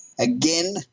again